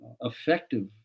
effective